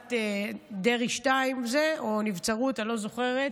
ועדת דרעי 2, או נבצרות, אני לא זוכרת,